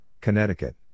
Connecticut